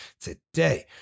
today